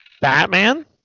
Batman